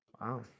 Wow